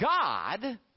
God